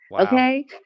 Okay